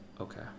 Okay